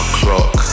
clock